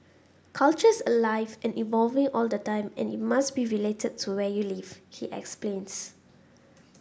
culture's alive and evolving all the time and it must be related to where you live he explains